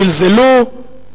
זלזלו,